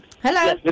Hello